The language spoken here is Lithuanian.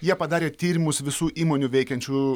jie padarė tyrimus visų įmonių veikiančių